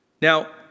Now